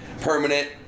permanent